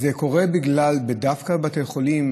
זה קורה דווקא בבתי חולים,